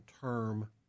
term